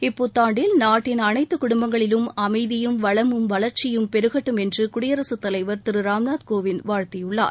இப்புத்தாண்டில் நாட்டின் அனைத்து குடும்பங்களிலும் அமைதியும் வளமும் வளர்ச்சியும் பெருகட்டும் என்று குடியரசுத் தலைவர் திரு ராம்நாத் கோவிந்த் வாழ்த்தியுள்ளார்